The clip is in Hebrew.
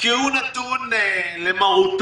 כי הוא נתון למרותו,